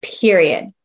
Period